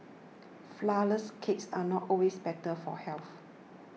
Flourless Cakes are not always better for health